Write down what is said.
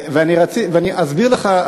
אני אסביר לך,